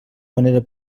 manera